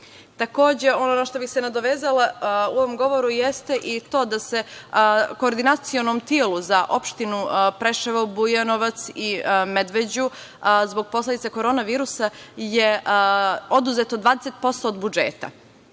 Takođe, ono na šta bih se nadovezala u ovom govoru jeste i to da je Koordinacionom telu za opštinu Preševo, Bujanovac i Medveđu zbog posledica virusa korona oduzeto 20% budžeta,